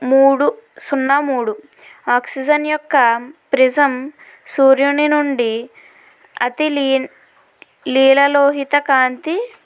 మూడు సున్నా మూడు ఆక్సిజన్ యొక్క ప్రిజం సూర్యుని నుండి అతి లి లిలలోహిత కాంతి